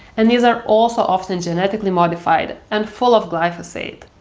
and these are also often genetically modified, and full of glyphosate.